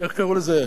איך קראו לזה?